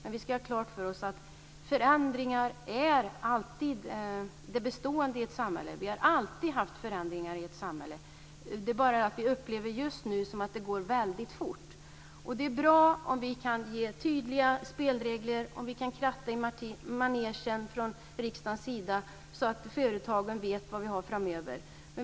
Men vi ska ha klart för oss att förändringar är det bestående i ett samhälle. Vi har alltid haft förändringar av samhället. Det är bara det att vi just nu upplever att det går väldigt fort. Det är bra om vi kan ge tydliga spelregler och att vi ifrån riksdagens sida kan kratta manegen, så att företagen vet vad som väntar framöver.